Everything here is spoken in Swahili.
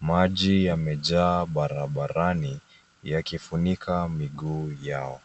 Maji yamejaa barabarani yakifunika miguu yao.